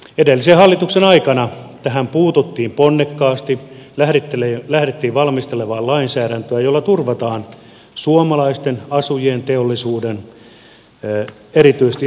edellisen hallituksen aikana tähän puututtiin ponnekkaasti lähdettiin valmistelemaan lainsäädäntöä jolla turvataan suomalaisten asujien teollisuuden erityisesti elinkeinon harjoittamismahdollisuudet